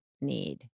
need